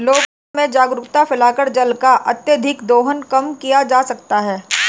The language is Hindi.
लोगों में जागरूकता फैलाकर जल का अत्यधिक दोहन कम किया जा सकता है